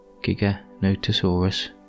Giganotosaurus